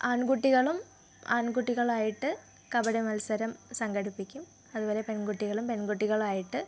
ആൺകുട്ടികളും ആൺകുട്ടികളായിട്ട് കബഡി മത്സരം സംഘടിപ്പിക്കും അതുപോലെ പെൺകുട്ടികളും പെൺകുട്ടികളായിട്ട്